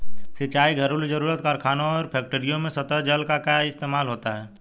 सिंचाई, घरेलु जरुरत, कारखानों और फैक्ट्रियों में सतही जल का ही इस्तेमाल होता है